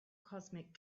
cosmic